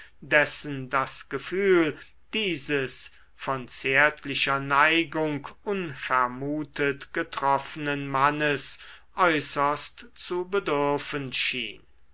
dessen das gefühl dieses von zärtlicher neigung unvermutet getroffenen mannes äußerst zu bedürfen schien